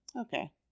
okay